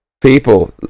people